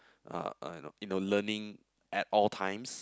uh you know learning at all times